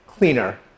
cleaner